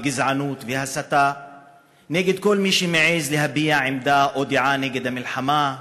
בגזענות ובהסתה נגד כל מי שמעז להביע עמדה או דעה נגד המלחמה,